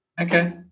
Okay